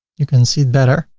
you can see it better.